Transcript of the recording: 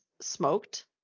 smoked